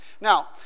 Now